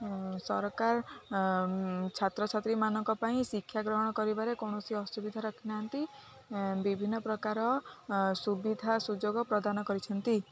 ସରକାର ଛାତ୍ର ଛାତ୍ରୀମାନଙ୍କ ପାଇଁ ଶିକ୍ଷା ଗ୍ରହଣ କରିବାରେ କୌଣସି ଅସୁବିଧା ରଖି ନାହାନ୍ତି ବିଭିନ୍ନ ପ୍ରକାର ସୁବିଧା ସୁଯୋଗ ପ୍ରଦାନ କରିଛନ୍ତି